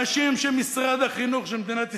אנשים של משרד החינוך של מדינת ישראל,